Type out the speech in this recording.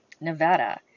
Nevada